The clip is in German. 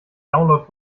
download